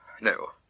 No